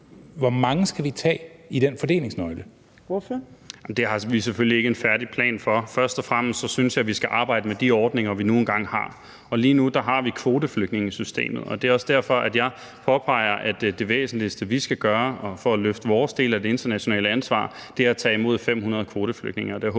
Kl. 15:32 Carl Valentin (SF): Det har vi selvfølgelig ikke en færdig plan for. Først og fremmest synes jeg, at vi skal arbejde med de ordninger, vi nu engang har. Lige nu har vi kvoteflygtningesystemet, og det er også derfor, at jeg påpeger, at det væsentligste, vi skal gøre for at løfte vores del af det internationale ansvar, er at tage imod 500 kvoteflygtninge,